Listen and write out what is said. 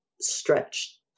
stretch